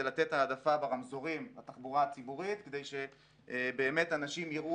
זה לתת העדפה ברמזורים לתחבורה הציבורית כדי שבאמת אנשים יראו